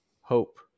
Hope